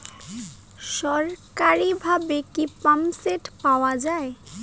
সরকারিভাবে কি পাম্পসেট পাওয়া যায়?